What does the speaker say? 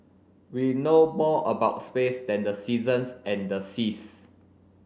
we know more about space than the seasons and the seas